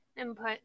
input